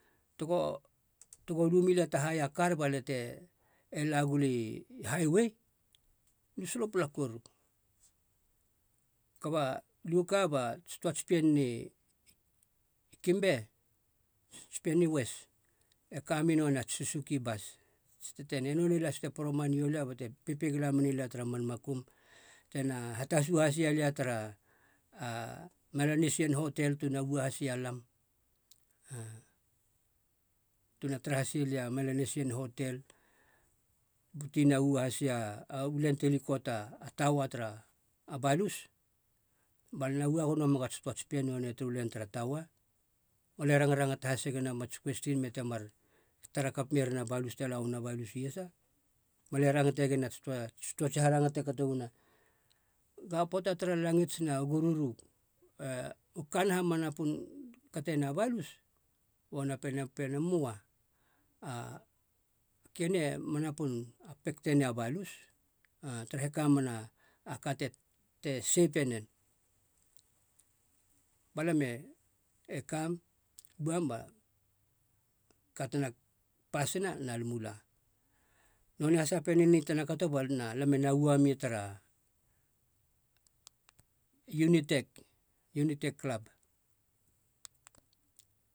Togo togo lu mi lia ta haia kar ba lia te la guli haiue, aliu solopala koru kaba lu ka bats toats pien ni kimbe ts’pien ni wes e ka mei nonei ats susuki bas, ats tetenei, nonei lahas te poroman nio lia bate pepegi mene lia tara man makum tena hatasu hasia lia tara melanisian hotel tina ua hasia lam tuna tara hasi lia melanisian hotel tina ua hasia au len ti likota taua tara a balus bal na ua gono meg ats toats pien nonei turu len tara taua balie rangrangata hase gen a mats kuestin, me temar tara kap merian a balus te lauana balus iasa. Bale rangate gen ats toats toats harangata e kato uana, ga poata tara langits nau gururu, u kanaha ma napin kate nei a balus? Ba nonei a pien e pena, moa a kenie ma napun apek tenea balus. tarahe kamena a ka te- te sepe nen. Balam e- e kam, uam baka tena pasina na lam u la. Nonei has a pien eni tena kato balam na ua mia tara unitek unitek klab